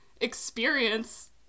experience